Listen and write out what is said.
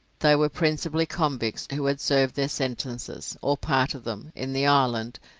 they were principally convicts who had served their sentences, or part of them, in the island,